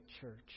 church